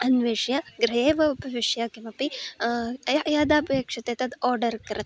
अन्विष्य गृहे एव उपविश्य किमपि य यदपेक्षते तद् ओर्डर् कृत्वा